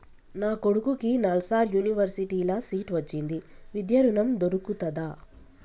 నా కొడుకుకి నల్సార్ యూనివర్సిటీ ల సీట్ వచ్చింది విద్య ఋణం దొర్కుతదా?